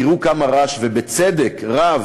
תראו כמה רעש, ובצדק רב.